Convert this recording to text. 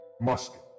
musket